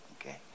Okay